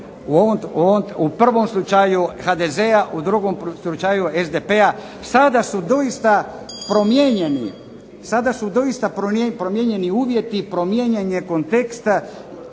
u prvom slučaju HDZ-a, u drugom slučaju SDP-a sada su doista promijenjeni uvjeti i promijenjen je kontekst,